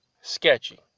sketchy